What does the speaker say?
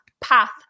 path